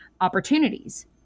opportunities